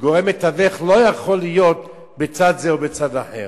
וגורם מתווך לא יכול להיות בצד זה או בצד אחר,